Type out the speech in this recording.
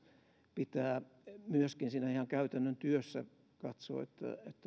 pitää myöskin siinä ihan käytännön työssä katsoa että